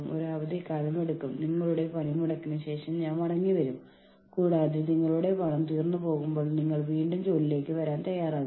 ഈ പ്രഭാഷണത്തിന്റെ തുടക്കത്തിൽ നമ്മൾ പറഞ്ഞതുപോലെ അവർ അസംതൃപ്തരാകുമ്പോൾ യൂണിയനിൽ ചേരാൻ ആളുകൾ തീരുമാനിക്കുന്നു